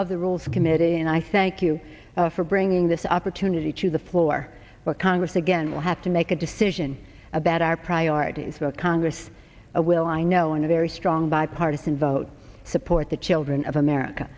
of the rules committee and i thank you for bringing this opportunity to the floor where congress again will have to make a decision about our priorities the congress will i know in a very strong bipartisan vote to support the children of america